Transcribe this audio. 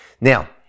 now